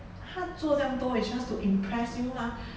她做这样多 is just to impress you mah